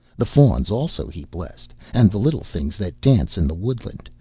the fauns also he blessed, and the little things that dance in the woodland,